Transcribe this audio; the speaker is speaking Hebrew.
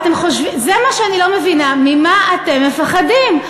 זה מה שאני לא מבינה, ממה אתם מפחדים.